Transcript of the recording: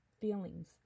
feelings